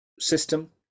system